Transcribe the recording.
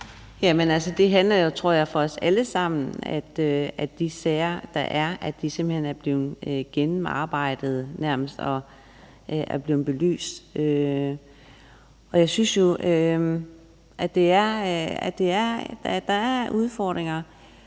Jamen altså, jeg tror, det for os alle sammen handler om, at de sager, der er, simpelt hen er blevet gennemarbejdet og er blevet belyst. Og jeg synes, at der er udfordringer,